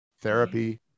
therapy